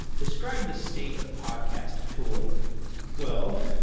describe the state of podcast tooling well,